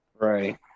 right